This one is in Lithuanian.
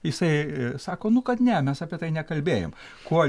jisai sako nu kad ne mes apie tai nekalbėjom kuo